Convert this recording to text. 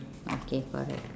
okay correct